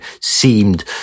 seemed